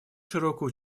широкое